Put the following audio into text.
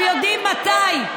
אתם יודעים מתי,